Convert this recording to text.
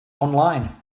online